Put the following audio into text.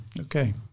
Okay